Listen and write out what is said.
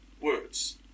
words